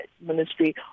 ministry